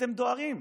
אתם דוהרים.